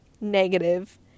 negative